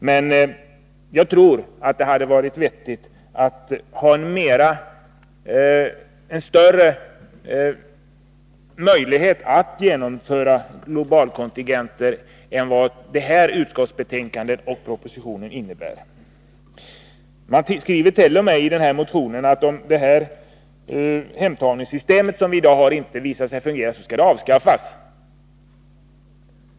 Men jag tror att det hade varit vettigt att ha större möjligheter att genomföra globalkontingenter än vad propositionen och utskottsbetänkandet innebär. Det heter t.o.m. i motionen, att om det hemtagningssystem som vi nu har visar sig inte fungera, så skall det avskaffas.